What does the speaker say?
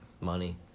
money